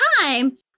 time